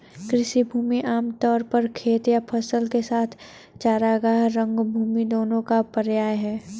कृषि भूमि आम तौर पर खेत या फसल के साथ चरागाह, रंगभूमि दोनों का पर्याय है